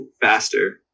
faster